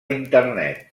internet